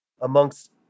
amongst